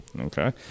Okay